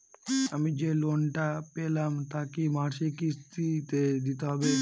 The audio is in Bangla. আমি যে লোন টা পেলাম তা কি মাসিক কিস্তি তে দিতে হবে?